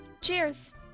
Cheers